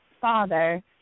father